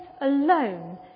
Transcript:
alone